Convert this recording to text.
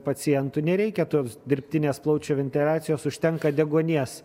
pacientų nereikia tos dirbtinės plaučių ventiliacijos užtenka deguonies